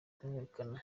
kumwirukana